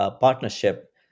partnership